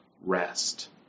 rest